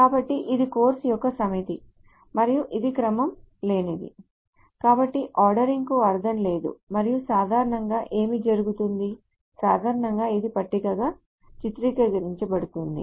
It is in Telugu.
కాబట్టి ఇది కోర్సు యొక్క సమితి మరియు ఇది క్రమం లేనిది కాబట్టి ఆర్డరింగ్కు అర్థం లేదు మరియు సాధారణంగా ఏమి జరుగుతుంది సాధారణంగా ఇది పట్టికగా చిత్రీకరించబడుతుంది